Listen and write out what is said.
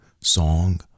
song